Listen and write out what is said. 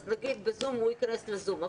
אז נגיד הוא יכנס לזום,